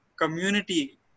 community